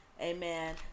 Amen